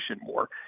more